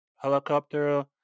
helicopter